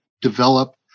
develop